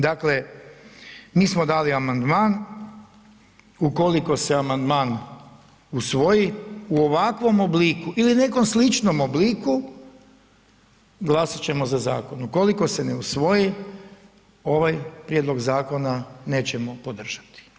Dakle, mi smo dali amandman, ukoliko se amandman usvoji, u ovakvom obliku ili nekom sličnom obliku, glasovat ćemo za zakon, ukoliko se ne usvoji, ovaj prijedlog zakona nećemo podržati.